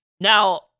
Now